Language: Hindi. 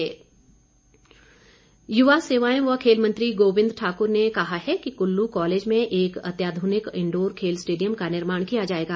गोबिंद ठाकुर युवा सेवाएं व खेल मंत्री गोबिंद ठाकुर ने कहा है कि कुल्लू कॉलेज में एक अत्याधुनिक इंडोर खेल स्टेडियम का निर्माण किया जाएगा